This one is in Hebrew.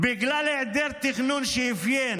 בגלל היעדר תכנון שאפיין